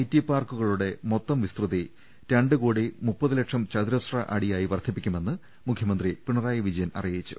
T പാർക്കുകളുടെ മൊത്തം വിസ്തൃതി രണ്ടുകോടി മുപ്പത് ലക്ഷം ചതുരശ്ര അടിയായി വർദ്ധിപ്പിക്കുമെന്ന് മുഖ്യമന്ത്രി പിണറായി വിജയൻ അറിയിച്ചു